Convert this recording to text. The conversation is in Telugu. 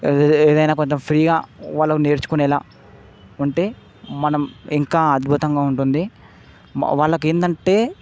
ఏ ఏదయినా కొంచెం ఫ్రీగా వాళ్ళు నేర్చుకునేలా ఉంటే మనం ఇంకా అద్భుతంగా ఉంటుంది మా వాళ్ళకు ఏందంటే